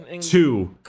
two